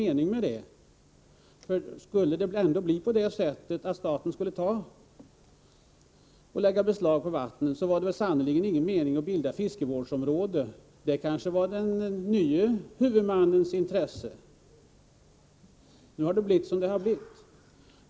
Om staten ändå skulle lägga beslag på vattnen, var det sannerligen ingen mening med att bilda fiskevårdsområden — det kanske var den nye huvudmannens intresse. Nu har det blivit som det blivit.